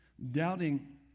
doubting